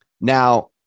Now